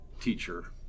teacher